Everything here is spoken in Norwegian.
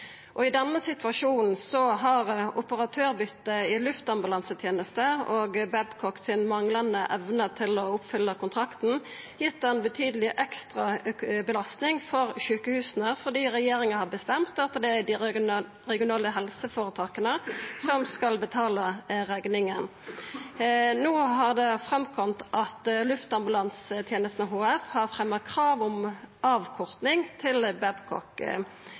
og i anna drift for å få råd til nødvendige investeringar. I denne situasjonen har operatørbytet i luftambulansetenesta og Babcock si manglande evne til å oppfylla kontrakten gitt ei betydeleg ekstrabelasting for sjukehusa fordi regjeringa har bestemt at det er dei regionale helseføretaka som skal betala rekninga. No har det kome fram at Luftambulansetenesta HF har fremja krav om avkorting til